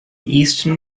eastern